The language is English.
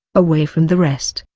away from the rest,